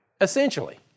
essentially